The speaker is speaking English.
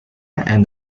and